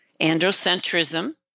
androcentrism